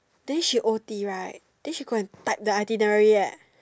then she O_T right then she go type the itinerary eh